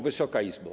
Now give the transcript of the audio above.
Wysoka Izbo!